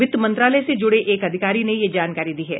वित्त मंत्रालय से जुडे एक अधिकारी ने यह जानकी दी है